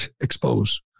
expose